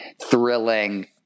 thrilling